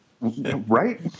Right